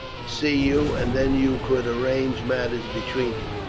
to see you, and then you could arrange matters between you.